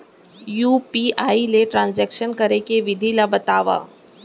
UPI ले transaction करे के विधि ला बतावव?